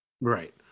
Right